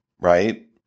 right